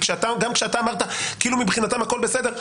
גם כשאתה אמרת כאילו מבחינתם הכול בסדר,